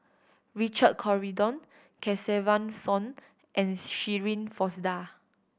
Richard Corridon Kesavan Soon and Shirin Fozdar